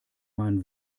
mein